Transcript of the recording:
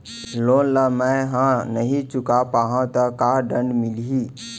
Loan ला मैं नही चुका पाहव त का दण्ड मिलही?